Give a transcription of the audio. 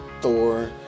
Thor